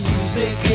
Music